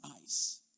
eyes